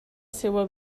seua